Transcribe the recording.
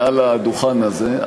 מעל הדוכן הזה,